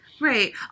Right